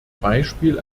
beispiel